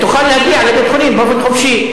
תוכל להגיע לבית-חולים באופן חופשי.